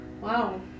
Wow